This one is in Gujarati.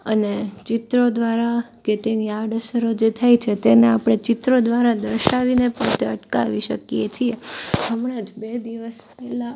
અને ચિત્રો દ્વારા કે તેની આડઅસરો જે થાય છે તેને આપણે ચિત્રો દ્વારા દર્શાવીને પણ તે અટકાવી શકીએ છીએ હમણાં જ બે દિવસ પહેલાં